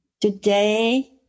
Today